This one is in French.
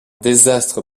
désastre